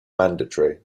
mandatory